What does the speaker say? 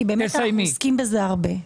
כי באמת אנחנו עוסקים בזה הרבה.